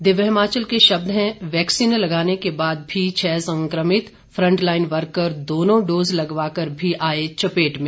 दिव्य हिमाचल के शब्द हैं वैक्सीन लगाने के बाद भी छह संक्रमित फ्रंटलाइन वर्कर दोनों डोज लगवाकर भी आए चपेट में